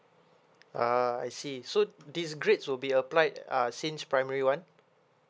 ah I see so this grades will be applied uh since primary one